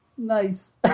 Nice